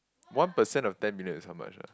one percent of ten million is how much ah